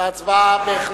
להצבעה.